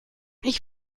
ich